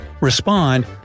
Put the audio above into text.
respond